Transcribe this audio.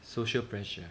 social pressure